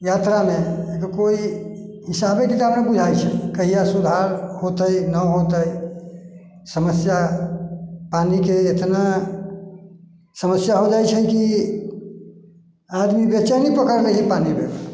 यात्रा मे एकर कोइ हिसाबे किताब नहि बुझाय छै कहिया सुधार होतै ना होतै समस्या पानि के इतना समस्या हो जाइ छै की आदमी बेचैनी पकड़ लै छै पानि बिना